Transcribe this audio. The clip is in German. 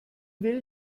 will